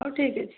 ହଉ ଠିକ ଅଛି